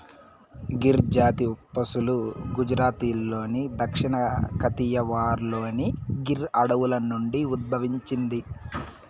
గిర్ జాతి పసులు గుజరాత్లోని దక్షిణ కతియావార్లోని గిర్ అడవుల నుండి ఉద్భవించింది